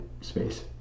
space